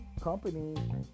company